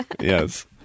Yes